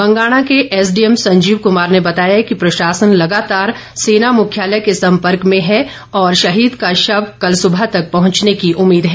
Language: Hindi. बंगाणा के एसडीएम संजीव कुमार ने बताया कि प्रशासन लगातार सेना मुख्यालय के सम्पर्क में है और शहीद का शव कल सुबह तक पहुंचने की उम्मीद है